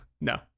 No